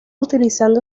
utilizando